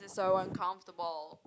so uncomfortable